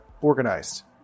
organized